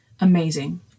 amazing